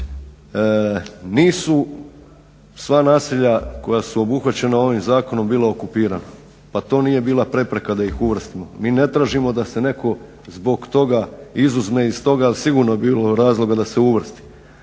nisu sva naselja koja su obuhvaćena ovim zakonom bila okupirana, pa to nije bila prepreka da ih uvrstimo. Mi ne tražimo da se neko zbog toga izuzme iz toga, jer je sigurno bilo razloga da se uvrsti,